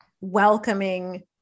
welcoming